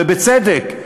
ובצדק,